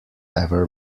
ever